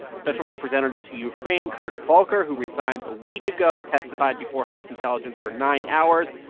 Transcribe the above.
special representative to ukraine kurt volker, who resigned a week ago, testified before house intelligence for nine hours.